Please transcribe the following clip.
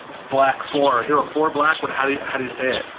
black four. or hero four black? what how do how do you say it?